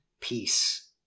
peace